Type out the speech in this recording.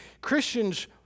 Christians